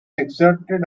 exerted